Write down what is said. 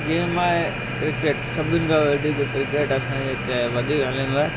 जीअं मां क्रिकेट सभिनि खां वधीक क्रिकेट असांजे हिते आहे वधीक हलंदो आहे